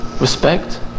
respect